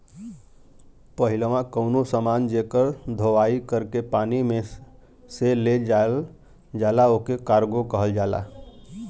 पहिलवा कउनो समान जेकर धोवाई कर के पानी में से ले जायल जाला ओके कार्गो कहल जाला